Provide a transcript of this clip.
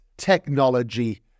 Technology